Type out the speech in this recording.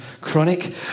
chronic